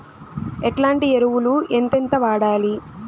ఎట్లాంటి ఎరువులు ఎంతెంత వాడాలి?